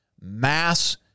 mass